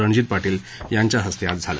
रणजित पाटील यांच्या हस्ते आज झालं